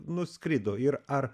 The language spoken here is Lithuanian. nuskrido ir ar